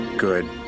Good